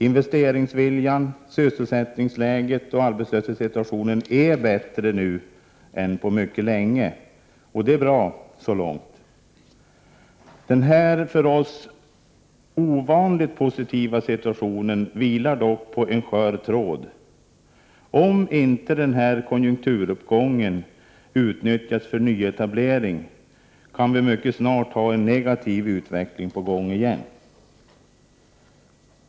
Investeringsviljan, sysselsättningsläget och arbetslöshetssituationen är bättre nu än på mycket länge. Så långt är det bra. Den här för oss ovanligt positiva situationen vilar dock på en skör tråd. Om inte denna konjunkturuppgång utnyttjas för nyetablering, kan det mycket snart vara en negativ utveckling på gång igen.